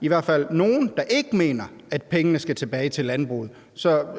i hvert fald er nogle, der ikke mener, at pengene skal tilbage til landbruget.